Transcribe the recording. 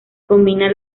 combina